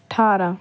ਅਠਾਰ੍ਹਾਂ